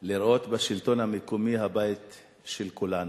לראות בשלטון המקומי את הבית של כולנו.